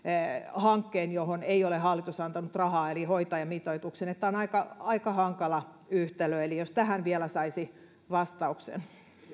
hankkeen johon ei ole hallitus antanut rahaa eli hoitajamitoituksen tämä on aika aika hankala yhtälö eli jos tähän vielä saisi vastauksen